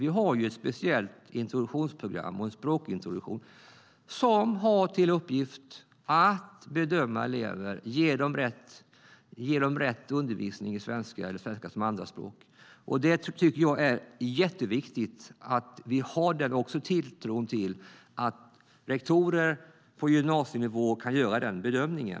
Vi har ett speciellt introduktionsprogram och en språkintroduktion som har till uppgift att bedöma elever och ge dem rätt undervisning i svenska eller svenska som andraspråk. Jag tycker att det är jätteviktigt att vi har tilltron till att rektorer på gymnasienivå kan göra den bedömningen.